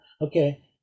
okay